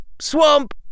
swamp